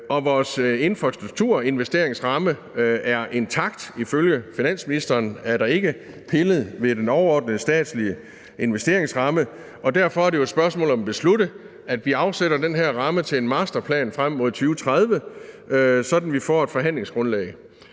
og vores infrastrukturinvesteringsramme er intakt. Ifølge finansministeren er der ikke pillet ved den overordnede statslige investeringsramme, og derfor er det jo et spørgsmål om at beslutte, at vi afsætter den her ramme til en masterplan frem mod 2030, sådan at vi får et forhandlingsgrundlag.